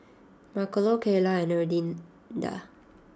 Marcello Kyla and Erlinda